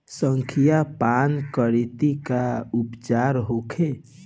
संखिया पान करी त का उपचार होखे?